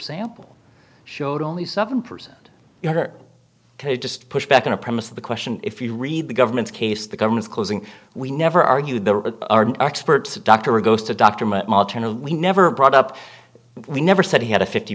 sample showed only seven percent or just push back on a premise of the question if you read the government's case the government's closing we never argued the experts the doctor goes to doctor we never brought up we never said he had a fifty